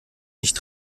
nicht